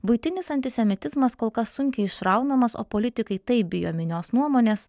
buitinis antisemitizmas kol kas sunkiai išraunamas o politikai taip bijo minios nuomonės